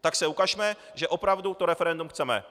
Tak se ukažme, že opravdu to referendum chceme.